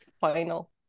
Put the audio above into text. final